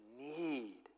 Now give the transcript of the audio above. need